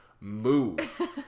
move